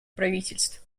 правительств